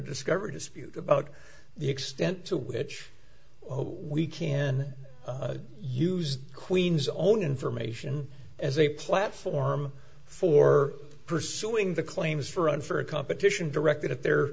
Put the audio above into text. discovery dispute about the extent to which we can use queen's own information as a platform for pursuing the claims for unfair competition directed at their